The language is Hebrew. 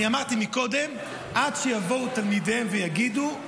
אני אמרתי קודם, עד שיבואו תלמידיהם ויגידו: